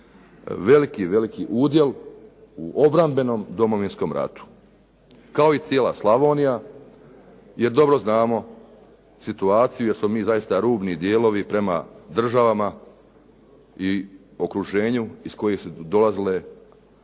veliki, veliki udjel u obrambenog Domovinskom ratu, kao i cijela Slavonija, jer dobro znamo situaciju jer smo mi zaista rubni dijelovi prema državama i okruženju iz kojih su dolaze